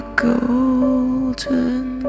golden